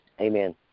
Amen